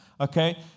Okay